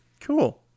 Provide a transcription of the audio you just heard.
cool